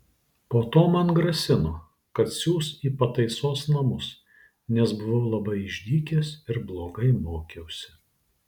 po to man grasino kad siųs į pataisos namus nes buvau labai išdykęs ir blogai mokiausi